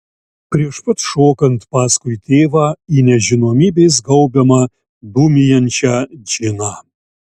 prieš pat šokant paskui tėvą į nežinomybės gaubiamą dūmijančią džiną